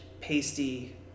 pasty